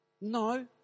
no